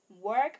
Work